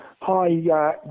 Hi